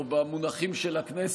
או במונחים של הכנסת,